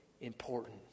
important